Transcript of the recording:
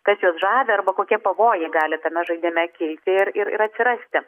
kas juos žavi arba kokie pavojai gali tame žaidime kilti ir ir ir atsirasti